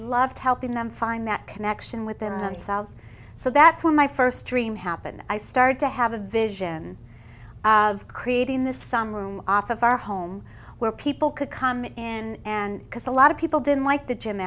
loved helping them find that connection within themselves so that's when my first dream happened i started to have a vision of creating this some room off of our home where people could come in and because a lot of people didn't like the gym